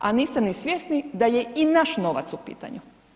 A niste ni svjesni da je i naš novac u pitanju.